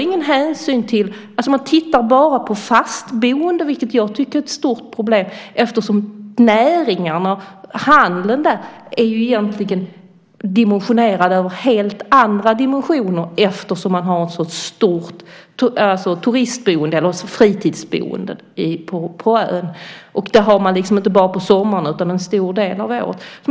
Man tittar också bara på fastboende, vilket jag tycker är ett stort problem eftersom näringarna och handeln egentligen är dimensionerade på ett helt annat sätt, då det är ett så stort fritidsboende på ön. Det har man inte bara på sommaren utan en stor del av året.